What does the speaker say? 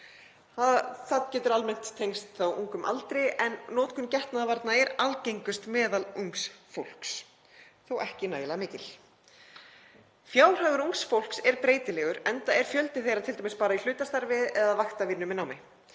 Þetta getur almennt tengst ungum aldri og notkun getnaðarvarna er algengust meðal ungs fólks, þó ekki nægilega mikil. Fjárhagur ungs fólks er breytilegur enda er fjöldi þess bara í hlutastarfi eða vaktavinnu með námi